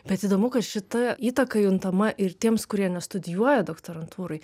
bet įdomu kad šita įtaka juntama ir tiems kurie nestudijuoja doktorantūroj